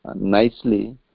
nicely